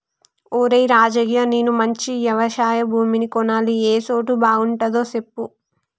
ఒరేయ్ రాజయ్య నేను మంచి యవశయ భూమిని కొనాలి ఏ సోటు బాగుంటదో సెప్పు